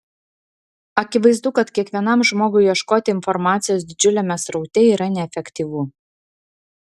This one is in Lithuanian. akivaizdu kad kiekvienam žmogui ieškoti informacijos didžiuliame sraute yra neefektyvu